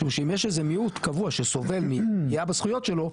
שאם יש איזה מיעוט קבוע שסובל מפגיעה בזכויות שלו,